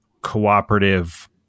cooperative